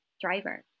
driver